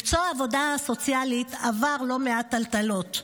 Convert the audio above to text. מקצוע העבודה הסוציאלית עבר לא מעט טלטלות.